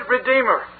Redeemer